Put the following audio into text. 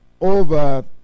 over